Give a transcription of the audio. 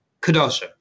Kadosha